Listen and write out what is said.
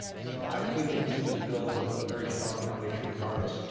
so i think it it just builds a ah very strong foundation regardless.